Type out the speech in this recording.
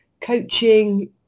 coaching